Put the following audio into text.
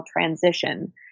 transition